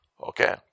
Okay